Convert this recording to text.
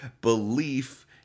belief